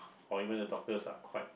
or even the doctors are quite